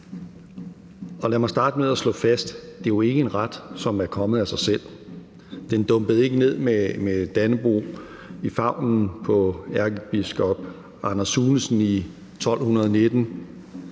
lad mig starte med at slå fast, at det jo ikke er en ret, der er kommet af sig selv; den dumpede ikke ned med Dannebrog i favnen på ærkebiskop Anders Sunesen i 1219.